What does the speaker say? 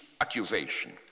accusation